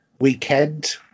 weekend